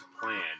plan